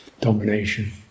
domination